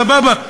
סבבה,